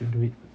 should do it